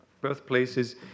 birthplaces